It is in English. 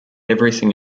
everything